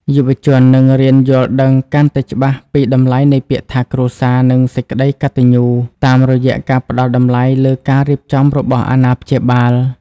យុវជននឹងរៀនយល់ដឹងកាន់តែច្បាស់ពីតម្លៃនៃពាក្យថា "គ្រួសារ" និង "សេចក្ដីកតញ្ញូ" តាមរយៈការផ្ដល់តម្លៃលើការរៀបចំរបស់អាណាព្យាបាល។